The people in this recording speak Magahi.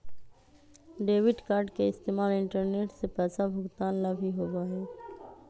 डेबिट कार्ड के इस्तेमाल इंटरनेट से पैसा भुगतान ला भी होबा हई